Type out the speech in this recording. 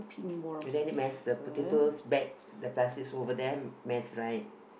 oh then they mess the potatoes bag the plastic over there mess right